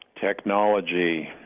technology